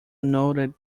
noted